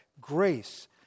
grace